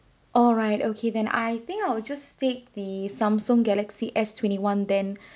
alright okay then I think I'll just take the Samsung galaxy S twenty-one